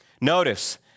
notice